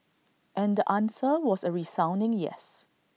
and the answer was A resounding yes